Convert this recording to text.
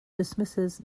dismisses